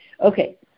Okay